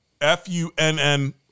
F-U-N-N